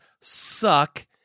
suck